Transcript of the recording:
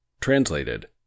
Translated